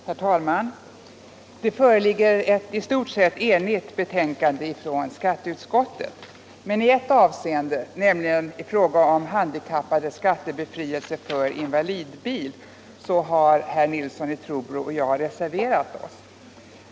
Herr talman! Det föreligger ett i stort sett enigt betänkande från skatteutskottet. Men på en punkt, nämligen i fråga om handikappades skattebefrielse för invalidbil, har herr Nilsson i Trobro och jag reserverat OSS.